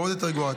זה עוד יותר גרוע.